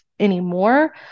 anymore